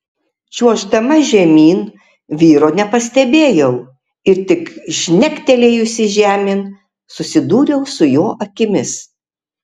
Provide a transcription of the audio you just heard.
čiuoždama žemyn vyro nepastebėjau ir tik žnektelėjusi žemėn susidūriau su jo akimis